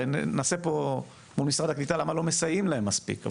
הרי נעשה פה מול משרד הקליטה למה לא מסייעים להם מספיק.